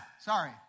Sorry